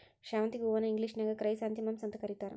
ಶಾವಂತಿಗಿ ಹೂವನ್ನ ಇಂಗ್ಲೇಷನ್ಯಾಗ ಕ್ರೈಸಾಂಥೆಮಮ್ಸ್ ಅಂತ ಕರೇತಾರ